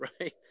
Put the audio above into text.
right